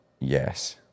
yes